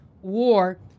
war